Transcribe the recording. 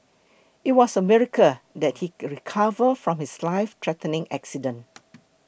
it was a miracle that he recovered from his lifethreatening accident